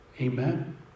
Amen